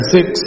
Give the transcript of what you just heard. six